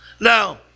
Now